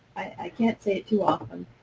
i can't say it too often,